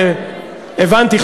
הבנתי,